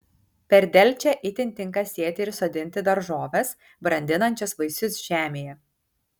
per delčią itin tinka sėti ir sodinti daržoves brandinančias vaisius žemėje